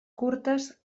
curtes